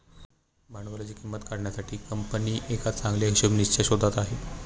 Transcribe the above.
भांडवलाची किंमत काढण्यासाठी कंपनी एका चांगल्या हिशोबनीसच्या शोधात आहे